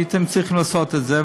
הייתם צריכים לעשות את זה,